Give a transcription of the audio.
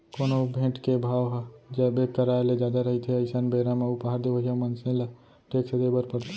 कोनो भेंट के भाव ह जब एक करार ले जादा रहिथे अइसन बेरा म उपहार देवइया मनसे ल टेक्स देय बर परथे